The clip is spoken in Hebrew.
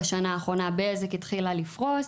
בשנה האחרונה בזק התחילה לפרוס.